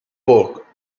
pork